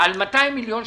על 200 מיליון שקלים,